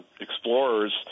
explorers